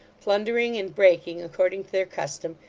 plundering and breaking, according to their custom,